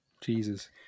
Jesus